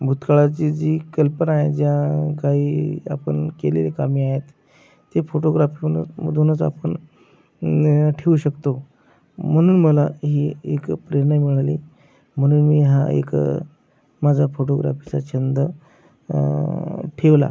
भूतकाळाची जी कल्पना आहे ज्या काही आपण केलेली कामे आहेत ते फोटोग्राफीमधून मधूनच आपण ठेवू शकतो म्हणून मला ही एक प्रेरणा मिळाली म्हणून मी हा एक माझा फोटोग्राफीचा छंद ठेवला